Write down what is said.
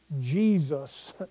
Jesus